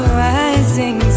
rising